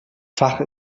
fach